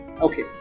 Okay